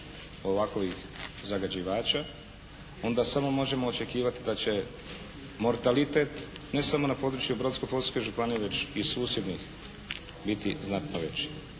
ovakovih zagađivača onda samo možemo očekivati da će mortalitet ne samo na području Brodsko-posavske županije već i susjednih biti znatno veći.